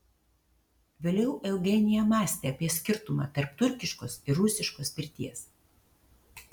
vėliau eugenija mąstė apie skirtumą tarp turkiškos ir rusiškos pirties